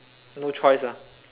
no choice ah